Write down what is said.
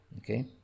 Okay